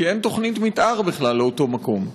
כי אין תוכנית מתאר בכלל לאותו מקום.